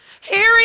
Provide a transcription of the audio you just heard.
Harry